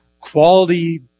quality